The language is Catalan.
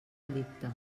delicte